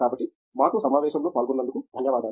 కాబట్టి మాతో సమావేశంలో పాల్గొన్నందుకు ధన్యవాదాలు